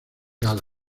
gala